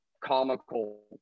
comical